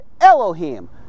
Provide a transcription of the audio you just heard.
Elohim